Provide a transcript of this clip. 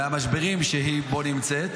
מהמשברים שבהם היא נמצאת.